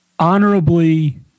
honorably